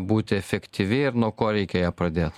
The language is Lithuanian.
būti efektyvi ir nuo ko reikia ją pradėt